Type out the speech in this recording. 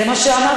זה מה שאמרתי.